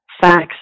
facts